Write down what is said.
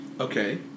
Okay